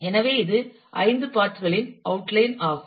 எனவே இது 5 பார்ட் களின் அவுட்லைன் ஆகும்